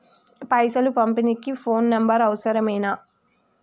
పైసలు పంపనీకి phone number అవసరమేనా?